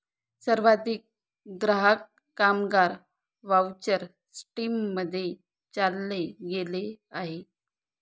सर्वाधिक ग्राहक, कामगार व्हाउचर सिस्टीम मध्ये चालले गेले आहे